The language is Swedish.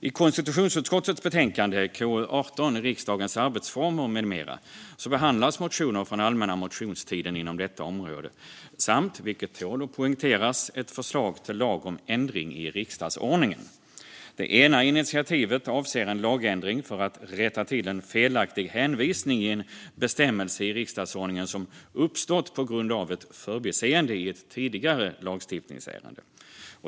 I konstitutionsutskottets betänkande KU18 Riksdagens arbetsformer m.m. behandlas motioner från allmänna motionstiden inom detta område samt, vilket tål att poängteras, ett förslag till lag om ändring i riksdagsordningen. Det ena initiativet avser en lagändring för att rätta till en felaktig hänvisning i en bestämmelse i riksdagsordningen som uppstått på grund av ett förbiseende i ett tidigare lagstiftningsärende.